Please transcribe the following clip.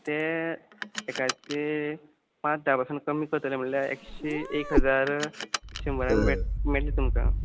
ते एकाचे पांच धा पासून कमी करतले म्हणल्या एकशें एक हजार शंबरान मे मेळटले तुमकां